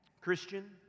Christian